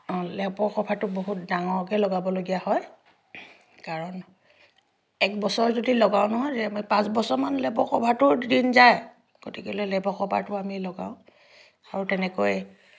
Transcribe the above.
লেপৰ কভাৰটো বহুত ডাঙৰকৈ লগাবলগীয়া হয় কাৰণ একবছৰ যদি লগাওঁ নহয় পাঁচবছৰমান লেপৰ কভাৰটোৰ দিন যায় গতিকে লৈ লেপৰ কভাৰটো আমি লগাওঁ আৰু তেনেকৈ